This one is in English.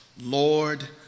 Lord